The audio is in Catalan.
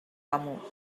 amo